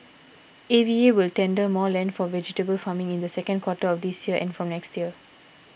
A V A will tender more land for vegetable farming in the second quarter of this year and from next year